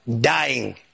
dying